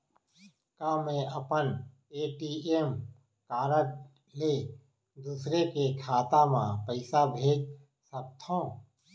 का मैं अपन ए.टी.एम कारड ले दूसर के खाता म पइसा भेज सकथव?